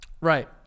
Right